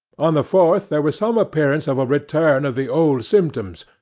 on the fourth there was some appearance of a return of the old symptoms,